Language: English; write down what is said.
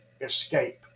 escape